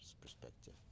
perspective